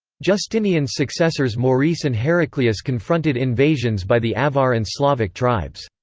justinian's successors maurice and heraclius confronted invasions by the avar and slavic tribes.